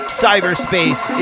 cyberspace